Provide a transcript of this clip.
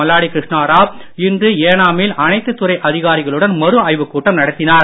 மல்லாடி கிருஷ்ணாராவ் இன்று ஏனாமில் அனைத்து துறை அதிகாரிகளுடன் மறு ஆய்வுக் கூட்டம் நடத்தினார்